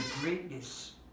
greatness